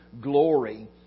glory